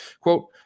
Quote